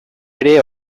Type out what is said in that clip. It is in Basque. ere